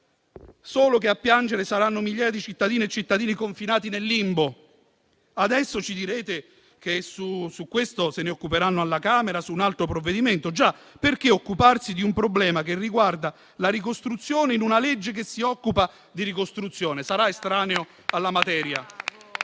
solo che a piangere saranno migliaia di cittadine e cittadini confinati nel limbo. Adesso ci direte che di questo si occuperanno alla Camera su un altro provvedimento. Già, perché occuparsi di un problema che riguarda la ricostruzione in una legge che si occupa di ricostruzione? Sarà estraneo alla materia.